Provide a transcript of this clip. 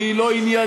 כי היא לא עניינית,